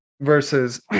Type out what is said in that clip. versus